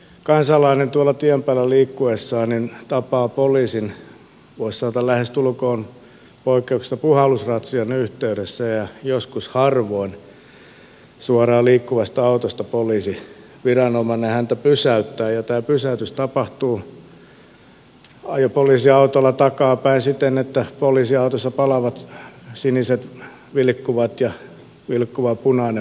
kansalainen tien päällä liikkuessaan tapaa poliisin voisi sanoa lähestulkoon poikkeuksetta puhallusratsian yhteydessä ja joskus harvoin suoraan liikkuvasta autosta poliisiviranomainen hänet pysäyttää ja tämä pysäytys tapahtuu poliisiautolla takaapäin siten että poliisiautossa palavat siniset vilkkuvat ja vilkkuva punainen valo